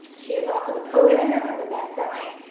she is also the co-editor of the bestselling,